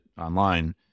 online